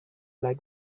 like